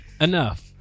enough